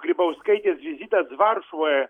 grybauskaitės vizitas varšuvoje